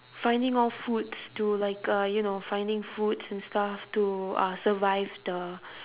finding all foods to like uh you know finding foods and stuff to uh survive the